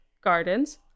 gardens